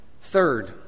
Third